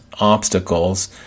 obstacles